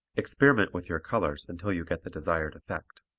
experiment with your colors until you get the desired effect.